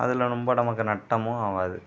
அதில் ரொம்ப நமக்கு நஷ்டமும் ஆகாது